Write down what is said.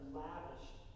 lavished